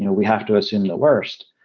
you know we have to assume the worst.